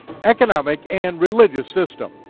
economic, and religious system.